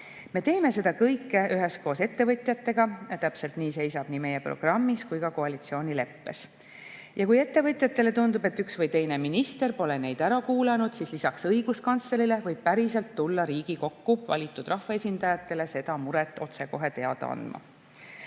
Me teeme seda kõike üheskoos ettevõtjatega, täpselt nii seisab nii meie programmis kui ka koalitsioonileppes. Ja kui ettevõtjatele tundub, et üks või teine minister pole neid ära kuulanud, siis lisaks õiguskantslerile võib päriselt tulla Riigikokku valitud rahvaesindajatele seda muret otsekohe teada andma.